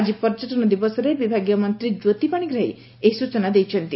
ଆକି ପର୍ଯ୍ୟଟନ ଦିବସରେ ବିଭାଗୀୟ ମନ୍ତୀ ଜ୍ୟୋତି ପାଶିଗ୍ରାହୀ ଏହି ସୂଚନା ଦେଇଛନ୍ତି